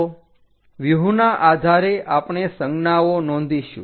તો વ્યુહના આધારે આપણે સંજ્ઞાઓ નોંધીશું